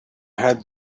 had